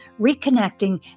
reconnecting